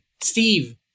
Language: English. Steve